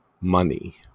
money